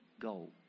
goal